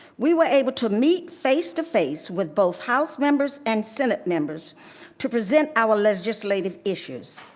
we were able to meet face to face with both house members and senate members to present our legislative issues.